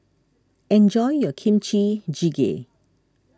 enjoy your Kimchi Jjigae